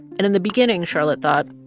and in the beginning, charlotte thought,